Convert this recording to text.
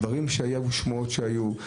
דברים ושמועות שהיו,